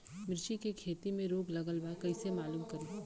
मिर्ची के खेती में रोग लगल बा कईसे मालूम करि?